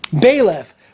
bailiff